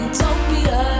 Utopia